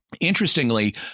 Interestingly